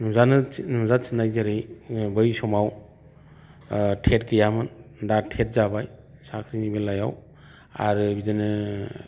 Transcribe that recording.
नुजाथिनाय जेरै बै समाव टेट गैयामोन दा टेट जाबाय साख्रिनि बेलायाव आरो बिदिनो